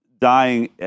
dying